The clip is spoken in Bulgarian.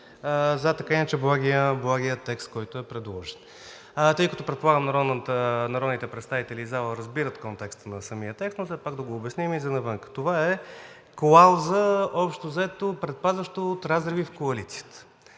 зад иначе благия текст, който е предложен. Предполагам, че народните представители в залата разбират контекста на самия текст, но все пак да го обясним и за навън. Това общо взето е клауза, предпазваща от разриви в коалицията.